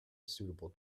suitable